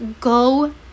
go